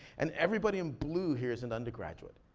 and everybody in blue here is an undergraduate.